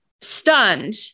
stunned